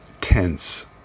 tense